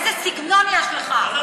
איזה סגנון יש לך.